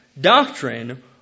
doctrine